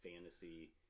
fantasy